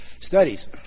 studies